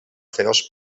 feroç